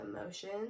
emotions